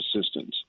assistance